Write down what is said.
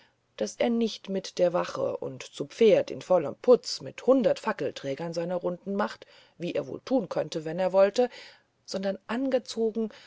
daß er nicht mit der wache und zu pferd in vollem putz und mit hundert fackelträgern seine runde macht wie er wohl tun könnte wenn er wollte sondern angezogen